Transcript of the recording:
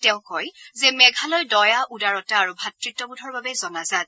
তেওঁ কয় যে মেঘালয় দয়া উদাৰতা আৰু ভাতৃত্বোধৰ বাবে জনাজাত